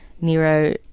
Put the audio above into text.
Nero